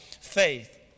faith